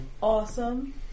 Awesome